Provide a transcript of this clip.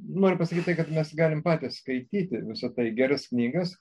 noriu pasakyti tai kad mes galim patys skaityti visa tai geras knygas